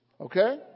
Okay